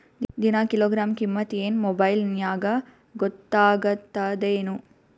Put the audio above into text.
ದಿನಾ ಕಿಲೋಗ್ರಾಂ ಕಿಮ್ಮತ್ ಏನ್ ಮೊಬೈಲ್ ನ್ಯಾಗ ಗೊತ್ತಾಗತ್ತದೇನು?